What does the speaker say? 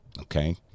Okay